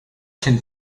can